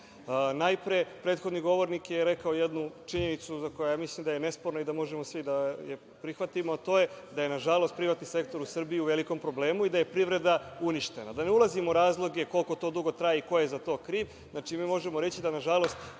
prethodni govornik je rekao jednu činjenicu za koju ja mislim da nesporna i da možemo svi da je prihvatimo, a to je da je nažalost privatni sektor u Srbiji u velikom problemu i da je privreda uništena. Da ne ulazim u razloge koliko to dugo traje i koje za to kriv, mi možemo reći da nažalost